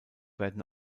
werden